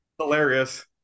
Hilarious